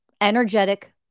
energetic